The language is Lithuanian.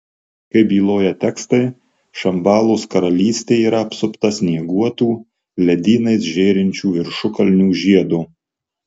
kaip byloja tekstai šambalos karalystė yra apsupta snieguotų ledynais žėrinčių viršukalnių žiedo